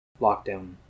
lockdown